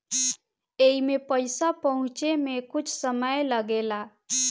एईमे पईसा पहुचे मे कुछ समय लागेला